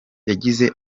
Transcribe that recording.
yagize